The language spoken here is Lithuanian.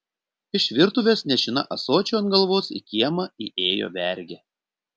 iš virtuvės nešina ąsočiu ant galvos į kiemą įėjo vergė